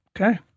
Okay